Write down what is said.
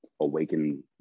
awaken